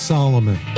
Solomon